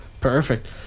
Perfect